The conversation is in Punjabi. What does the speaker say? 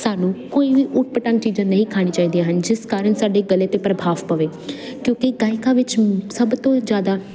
ਸਾਨੂੰ ਕੋਈ ਵੀ ਊਟ ਪਟਾਂਗ ਚੀਜ਼ਾਂ ਨਹੀਂ ਖਾਣੀ ਚਾਹੀਦੀਆਂ ਹਨ ਜਿਸ ਕਾਰਨ ਸਾਡੇ ਗਲੇ 'ਤੇ ਪ੍ਰਭਾਵ ਪਵੇ ਕਿਉਂਕਿ ਗਾਇਕਾਂ ਵਿੱਚ ਸਭ ਤੋਂ ਜ਼ਿਆਦਾ